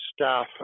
staff